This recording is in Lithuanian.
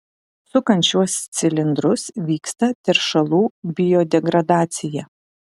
sukant šiuos cilindrus vyksta teršalų biodegradacija